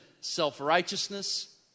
self-righteousness